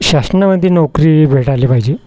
शासनामध्ये नोकरी भेटली पाहिजे